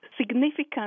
significant